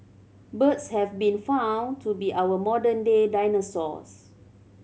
birds have been found to be our modern day dinosaurs